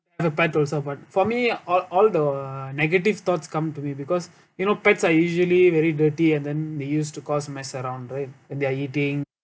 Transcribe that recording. a pet also but for me all all the negative thoughts come to me because you know pets are usually very dirty and then they use to cause mess around right when they're eating